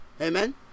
amen